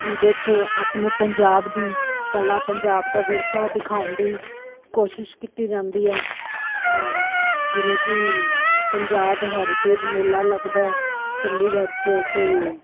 ਜਿਹਦੇ 'ਚ ਆਪਣੇ ਪੰਜਾਬ ਦੀ ਕਲਾ ਪੰਜਾਬ ਦਾ ਵਿਰਸਾ ਦਿਖਾਉਣ ਦੀ ਕੋਸ਼ਿਸ਼ ਕੀਤੀ ਜਾਂਦੀ ਹੈ ਜਿਵੇਂ ਕਿ ਪੰਜਾਬ ਹੈਰੀਟੇਜ ਮੇਲਾ ਲੱਗਦਾ ਚੰਡੀਗੜ੍ਹ 'ਚ ਅਤੇ